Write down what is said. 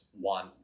one